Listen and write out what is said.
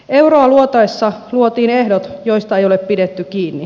euroa luotaessa luotiin ehdot joista ei ole pidetty kiinni